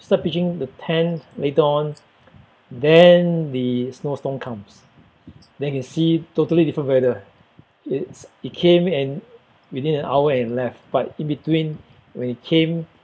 start pitching the tent later on then the snowstorm comes then can see totally different weather it's it came and within an hour it left but in between when it came